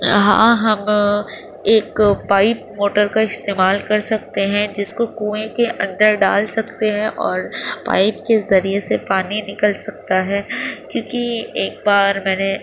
ہاں ہم ایک پائپ موٹر کا استعمال کر سکتے ہیں جس کو کنویں کے اندر ڈال سکتے ہیں اور پائپ کے ذریعے سے پانی نکل سکتا ہے کیوںکہ ایک بار میں نے